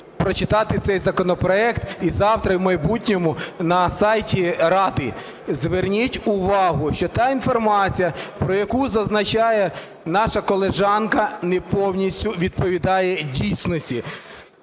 прочитати цей законопроект і завтра, і в майбутньому на сайті Ради. Зверніть увагу, що та інформація, про яку зазначає наша колежанка, не повністю відповідає дійсності.